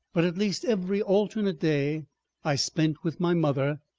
but at least every alternate day i spent with my mother,